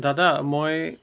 দাদা মই